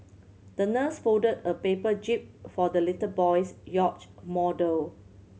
the nurse folded a paper jib for the little boy's yacht model